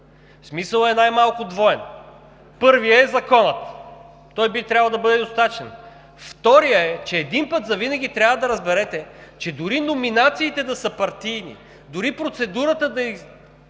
Смисълът е най-малко двоен. Първият е законът. Той би трябвало да бъде достатъчен. Вторият е, че веднъж завинаги трябва да разберете, че дори номинациите да са партийни, дори процедурата за